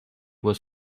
was